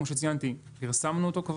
כמו שציינתי,